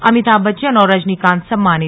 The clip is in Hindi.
अमिताभ बच्चन और रजनीकान्त सम्मानित